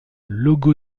logo